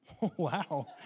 Wow